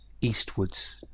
eastwards